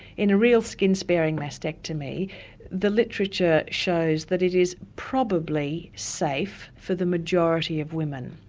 in a real skin-sparing mastectomy the literature shows that it is probably safe for the majority of women.